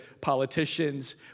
politicians